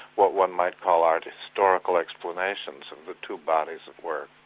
what one might call art historical explanations of the two bodies of work.